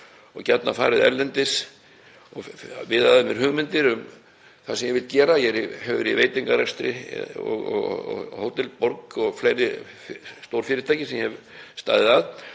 og gjarnan farið erlendis og viðað að mér hugmyndum um það sem ég vil gera. Ég hef verið í veitingarekstri, Hótel Borg og fleiri stór fyrirtæki sem ég hef staðið að,